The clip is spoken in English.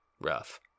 rough